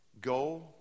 go